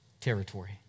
territory